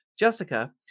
Jessica